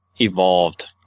evolved